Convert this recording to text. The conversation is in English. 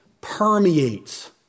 permeates